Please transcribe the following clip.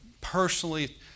personally